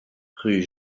rue